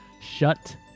Shut